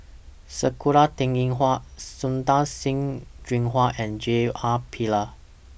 Sakura Teng Ying Hua Santokh Singh Grewal and J R Pillay